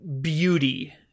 beauty